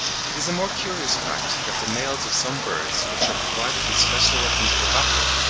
it is a more curious fact that the males of some birds which are provided with special weapons for battle,